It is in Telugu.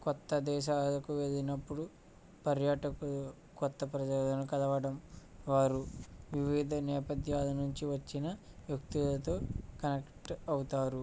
కొత్త దేశాలకు వెళ్ళినప్పుడు పర్యాటకులు కొత్త ప్రజలను కలవడం వారు వివిధ నేపథ్యాల నుంచి వచ్చిన వ్యక్తులతో కనెక్ట్ అవుతారు